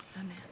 Amen